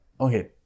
okay